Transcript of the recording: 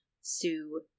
Sue